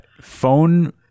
phone